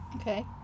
Okay